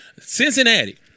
Cincinnati